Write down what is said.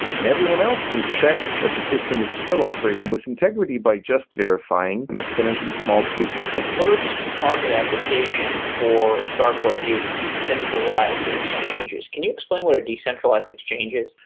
and everyone else can check that the system is still operating with integrity by just verifying exponentially small proofs. the first target application for starkware is decentralized exchanges. can you explain what a decentralized exchange is?